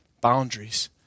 boundaries